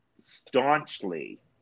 staunchly